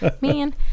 Man